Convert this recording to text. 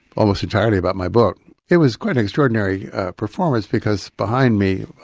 almost entirely about my book. it was quite an extraordinary performance, because behind me,